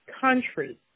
country